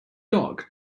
dog